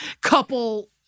couple